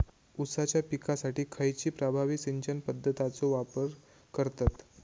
ऊसाच्या पिकासाठी खैयची प्रभावी सिंचन पद्धताचो वापर करतत?